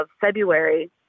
February